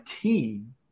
team